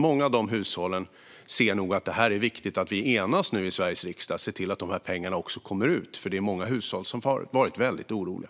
Många av de hushållen ser nog att det är viktigt att vi enas i Sveriges riksdag och ser till att de här pengarna kommer ut, för det är många som har varit väldigt oroliga.